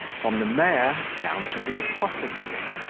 from the mayor down to the apothecary,